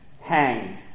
hanged